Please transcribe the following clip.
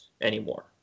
anymore